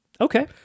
Okay